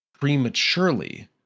prematurely